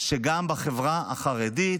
שגם בחברה החרדית,